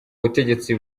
butegetsi